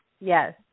Yes